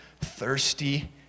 thirsty